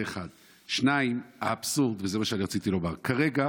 2. האבסורד, וזה מה שאני רציתי לומר, כרגע